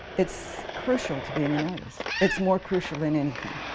it's crucial to being an artist. it's more crucial than anything.